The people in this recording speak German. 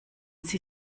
sie